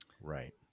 Right